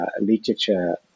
literature